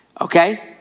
Okay